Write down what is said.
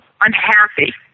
unhappy